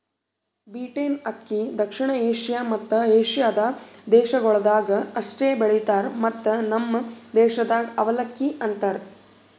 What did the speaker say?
beaten ಅಕ್ಕಿ ದಕ್ಷಿಣ Asia ಮತ್ತ ಏಷ್ಯಾದ ದೇಶಗೊಳ್ದಾಗ್ ಅಷ್ಟೆ ಬೆಳಿತಾರ್ ಮತ್ತ ನಮ್ ದೇಶದಾಗ್ ಅವಲಕ್ಕಿ ಅಂತರ್